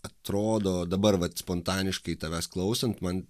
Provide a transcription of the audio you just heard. atrodo dabar vat spontaniškai tavęs klausant man